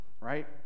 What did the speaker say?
right